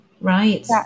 Right